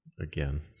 again